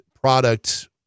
product